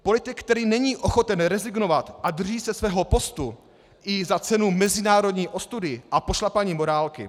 Politik, který není ochoten rezignovat a drží se svého postu i za cenu mezinárodní ostudy a pošlapání morálky.